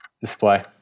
Display